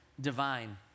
divine